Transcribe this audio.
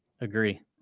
Agree